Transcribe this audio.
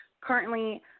currently